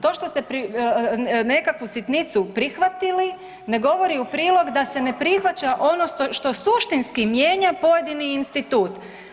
To što ste nekakvu sitnicu prihvatili ne govori u prilog da se ne prihvaća ono što suštinski mijenja pojedini institut.